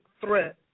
threat